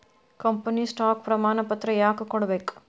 company stock ಪ್ರಮಾಣಪತ್ರ ಯಾಕ ಕೊಡ್ಬೇಕ್